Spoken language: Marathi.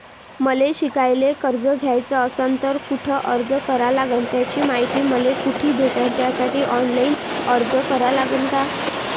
मले शिकायले कर्ज घ्याच असन तर कुठ अर्ज करा लागन त्याची मायती मले कुठी भेटन त्यासाठी ऑनलाईन अर्ज करा लागन का?